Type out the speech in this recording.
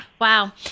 Wow